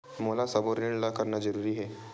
मोला सबो ऋण ला करना जरूरी हे?